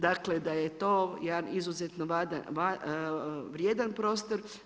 Dakle, da je to jedan izuzetno vrijedan prostor.